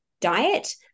diet